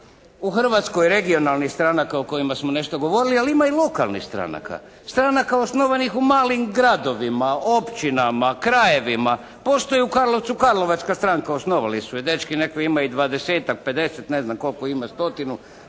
u Hrvatskoj regionalnih stranaka o kojima smo nešto govorili, ali ima i lokalnih stranaka, stranaka osnovanih u malim gradovima, općinama, krajevima, postoji u Karlovcu karlovačka stranka, osnovali su ju dečki, ima ih 20-tak, 50, ne znam koliko ima,